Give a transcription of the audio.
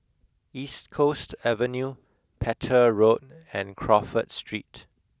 East Coast Avenue Petir Road and Crawford Street